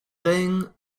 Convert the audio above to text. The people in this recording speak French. rhin